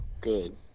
good